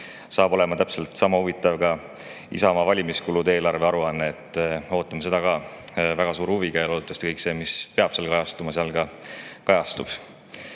saab olema täpselt sama huvitav ka Isamaa valimiskulude eelarve aruanne. Ootame seda ka väga suure huviga ja loodetavasti kõik see, mis peab seal kajastuma, seal ka kajastub.